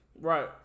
Right